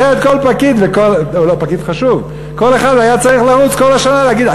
אחרת כל אחד היה צריך לרוץ כל השנה ולהגיד,